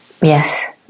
yes